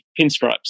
pinstripes